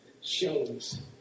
shows